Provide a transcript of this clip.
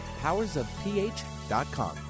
powersofph.com